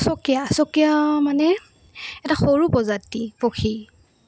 চকীয়া চকীয়া মানে এটা সৰু প্ৰজাতি পক্ষী